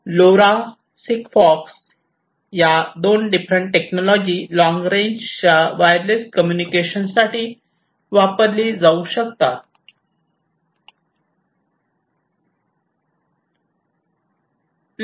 LoRa Sigfox ही दोन different technology long रेंजच्या वायरलेस कम्युनिकेशन साठी वापरली जाऊ शकतात